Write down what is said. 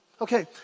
Okay